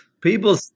People